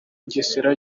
mugesera